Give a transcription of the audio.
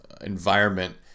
environment